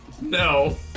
No